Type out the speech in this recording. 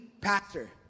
pastor